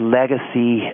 legacy